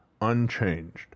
unchanged